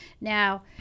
Now